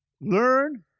Learn